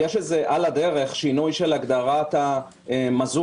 יש על הדרך שינוי של הגדרת המזוט.